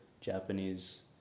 Japanese